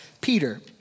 Peter